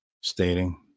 stating